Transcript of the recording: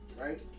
right